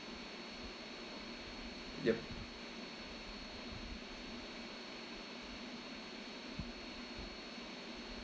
yup